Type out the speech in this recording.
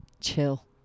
chill